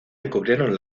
descubrieron